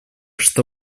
что